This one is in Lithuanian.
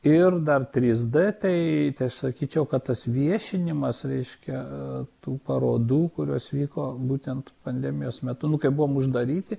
ir dar trys d tai sakyčiau kad tas viešinimas reiškia tų parodų kurios vyko būtent pandemijos metu nu kai buvom uždaryti